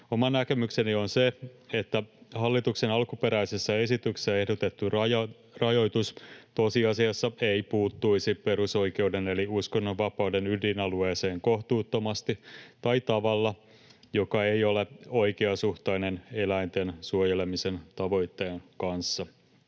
Oma näkemykseni on se, että hallituksen alkuperäisessä esityksessä ehdotettu rajoitus tosiasiassa ei puuttuisi perusoikeuden eli uskonnonvapauden ydinalueeseen kohtuuttomasti tai tavalla, joka ei ole oikeasuhtainen eläinten suojelemisen tavoitteen kanssa.